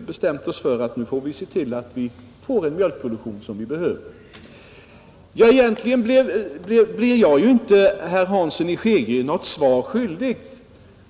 bestämt oss för sådana åtgärder att vi får den mjölkproduktion vi behöver, Egentligen blev jag inte herr Hansson i Skegrie något svar skyldig.